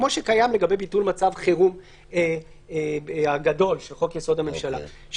כמו שקיים לגבי ביטול מצב חירום הגדול של חוק יסוד: הממשלה,